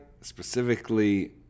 specifically